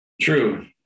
True